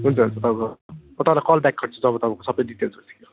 हुन्छ हुन्छ तपाईँको म तपाईँलाई कल ब्याक गर्छु जब तपाईँको सबै डिटेल्सहरू दिनु